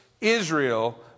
Israel